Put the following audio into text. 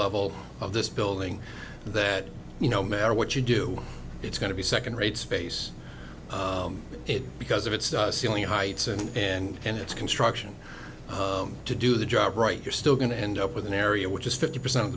level of this building that you no matter what you do it's going to be second rate space it because of its ceiling heights and and its construction to do the job right you're still going to end up with an area which is fifty percent of